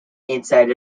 inside